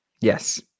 Yes